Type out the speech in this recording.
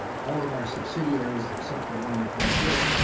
all of our subsidiaries except the one that does this,